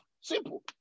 Simple